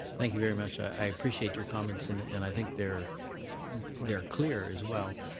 thank you very much. i appreciate your comments, and and i think they're they're clear as well.